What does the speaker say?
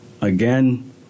again